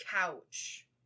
couch